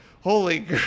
Holy